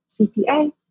CPA